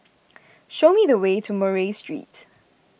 show me the way to Murray Street